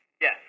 Yes